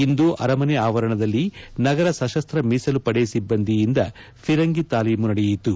ಇಂದು ಅರಮನೆ ಅವರಣದಲ್ಲಿ ನಗರ ಸಶಸ್ತ್ರ ಮೀಸಲು ಪಡೆ ಸಿಬ್ಬಂದಿಯಿಂದ ಫಿರಂಗಿ ತಾಲೀಮು ನಡೆಯಿತು